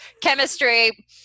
chemistry